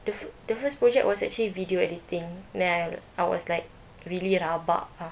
the fir~ the first project was actually video editing then I I was like really rabak ah